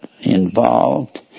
involved